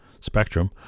spectrum